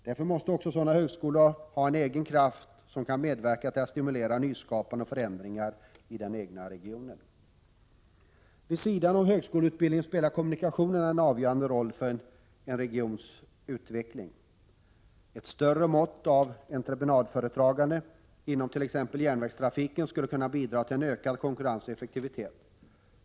Därför måste sådana högskolor ha en egen kraft, som kan medverka till att stimulera nyskapande och förändringar i den egna regionen. Vid sidan av högskoleutbildningen spelar kommunikationen en avgörande roll för en regions utveckling. Ett större mått av entreprenadförfarande inom t.ex. järnvägstrafiken skulle kunna bidra till en ökad konkurrens och effektivitet.